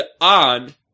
on